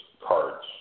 cards